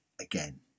again